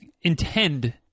intend